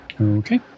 Okay